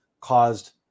caused